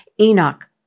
Enoch